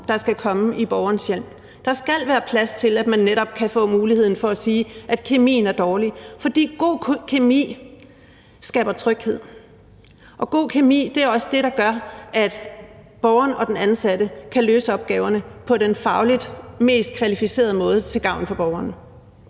der skal komme i borgerens hjem, og der skal være plads til, at man netop kan få muligheden for at sige, at kemien er dårlig. For god kemi skaber tryghed, og en god kemi er også det, der gør, at borgeren og den ansatte kan løse opgaverne på den fagligt mest kvalificerede måde til gavn for borgeren.